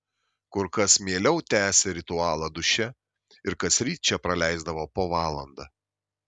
kur kas mieliau tęsė ritualą duše ir kasryt čia praleisdavo po valandą